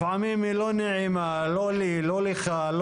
לפעמים היא לא נעימה לא לי, לא לך.